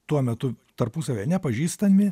tuo metu tarpusavyje nepažįstami